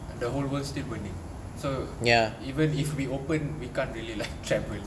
the whole world still burning so even if we open we can't really like travel